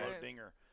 dinger